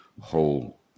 whole